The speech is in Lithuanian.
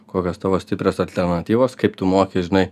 kokios tavo stiprios alternatyvos kaip tu moki žinai